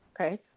Okay